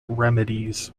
remedies